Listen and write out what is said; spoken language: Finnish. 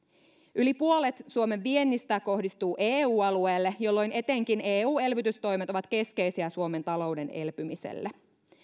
yli puolet suomen viennistä kohdistuu eu alueelle jolloin etenkin eu elvytystoimet ovat keskeisiä suomen talouden elpymiselle